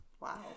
Wow